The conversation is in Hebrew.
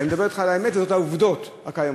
אני מדבר אתך על האמת, ואלה העובדות הקיימות.